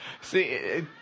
See